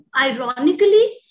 ironically